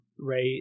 right